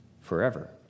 forever